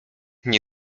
nie